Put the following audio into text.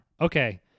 okay